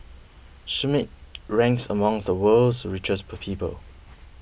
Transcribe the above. Schmidt ranks among the world's richest per people